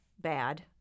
bad